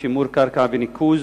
שימור קרקע וניקוז,